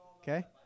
okay